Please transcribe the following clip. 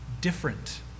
different